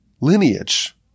lineage